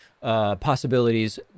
possibilities